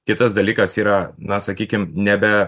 kitas dalykas yra na sakykim nebe